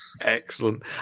excellent